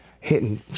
hitting